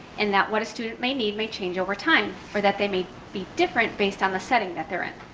and that what a student may need may change over time, or that they may be different based on the setting that they're in.